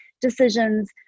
decisions